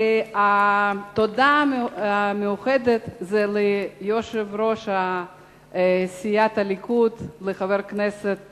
ותודה מיוחדת ליושב-ראש סיעת הליכוד, לחבר הכנסת